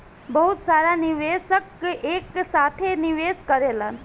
बहुत सारा निवेशक एक साथे निवेश करेलन